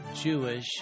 Jewish